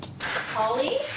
Holly